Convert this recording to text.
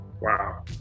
Wow